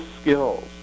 skills